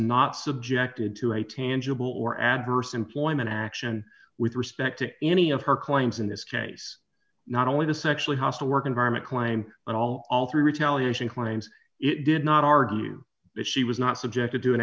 not subjected to a tangible or adverse employment action with respect to any of her claims in this case not only the sexual hostile work environment claim but all all three retaliation claims it did not argue that she was not subjected to